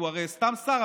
הוא הרי סתם שר,